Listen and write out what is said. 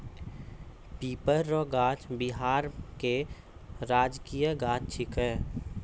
पीपर रो गाछ बिहार के राजकीय गाछ छिकै